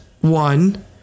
One